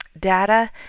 data